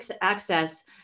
access